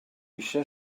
eisiau